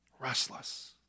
restless